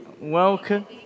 Welcome